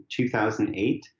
2008